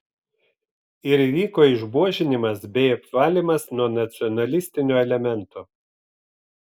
ir įvyko išbuožinimas bei apvalymas nuo nacionalistinio elemento